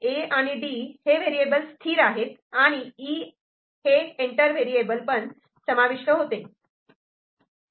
A आणि D हे variable स्थिर आहेत आणि 'E' हे एंटर व्हेरिएबल समाविष्ट होते